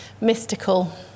mystical